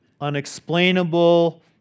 unexplainable